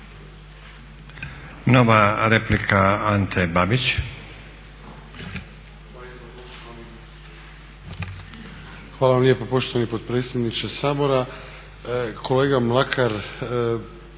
Nova replika, Ante Babić.